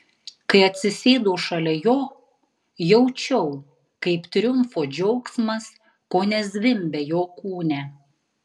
kai atsisėdau šalia jo jaučiau kaip triumfo džiaugsmas kone zvimbia jo kūne